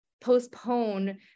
postpone